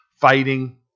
fighting